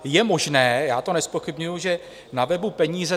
Je možné já to nezpochybňuji že na webu Peníze.